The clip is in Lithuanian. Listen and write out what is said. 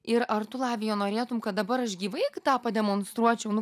ir ar tu lavija norėtum kad dabar aš gyvai tą pademonstruočiau nu